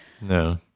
no